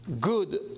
good